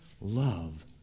love